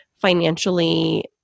financially